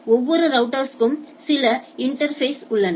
எனவே ஒவ்வொரு ரௌட்டர்ஸ்க்கும் சில இன்டா்ஃபேஸ்கள் உள்ளன